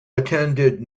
attended